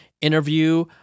interview